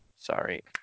Sorry